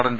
നടൻ വി